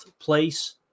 place